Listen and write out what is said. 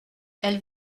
elles